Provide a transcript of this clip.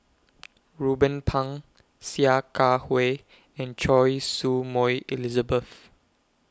Ruben Pang Sia Kah Hui and Choy Su Moi Elizabeth